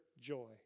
joy